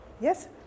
Yes